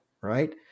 right